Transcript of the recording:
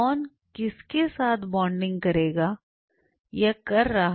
कौन किसके साथ बॉन्डिंग कर रहा है